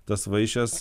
tas vaišes